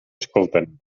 escolten